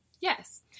yes